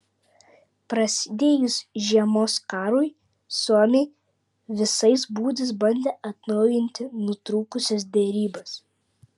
prasidėjus žiemos karui suomiai visais būdais bandė atnaujinti nutrūkusias derybas